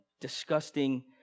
disgusting